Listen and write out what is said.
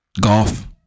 Golf